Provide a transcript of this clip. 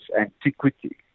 antiquity